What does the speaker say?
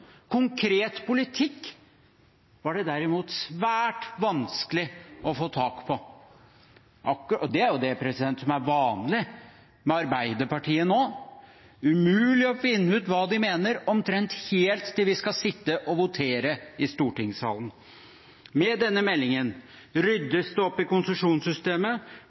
Konkret politikk var det derimot svært vanskelig å få tak på. Og det er jo det som er vanlig. Det er umulig å finne ut hva Arbeiderpartiet mener, omtrent helt til vi skal sitte og votere i stortingssalen. Med denne meldingen ryddes det opp i konsesjonssystemet,